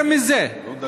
יותר מזה, זה לא שאילתה?